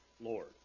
Lord